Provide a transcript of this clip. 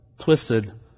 twisted